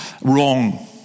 wrong